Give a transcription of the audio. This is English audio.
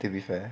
to be fair